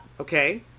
okay